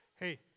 hey